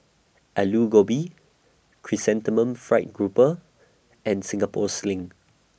Aloo Gobi Chrysanthemum Fried Grouper and Singapore Sling